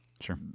Sure